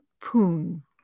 Poon